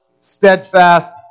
steadfast